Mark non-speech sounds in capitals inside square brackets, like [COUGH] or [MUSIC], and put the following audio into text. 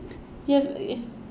you have [NOISE]